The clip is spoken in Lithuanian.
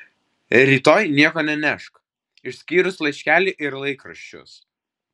rytoj nieko nenešk išskyrus laiškelį ir laikraščius